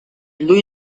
lui